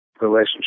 relationship